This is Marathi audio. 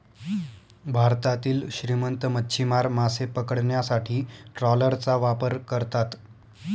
भारतातील श्रीमंत मच्छीमार मासे पकडण्यासाठी ट्रॉलरचा वापर करतात